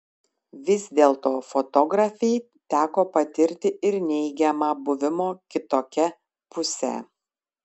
vis dėlto fotografei teko patirti ir neigiamą buvimo kitokia pusę